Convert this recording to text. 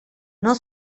non